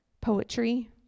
Poetry